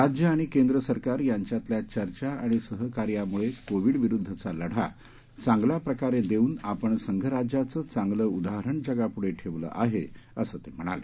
राज्य आणि केंद्रसरकार यांच्यातल्या चर्चा आणि सहकार्यामुळे कोविड विरुद्धवा लढा चांगल्याप्रकारे देऊन आपण संघराज्याचं चांगलं उदाहरण जगापुढं ठेवलं आहे असं ते म्हणाले